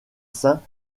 saints